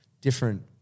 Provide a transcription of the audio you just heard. different –